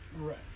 Right